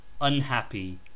unhappy